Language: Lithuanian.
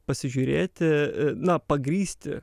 pasižiūrėti na pagrįsti